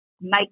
make